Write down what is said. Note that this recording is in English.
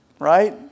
right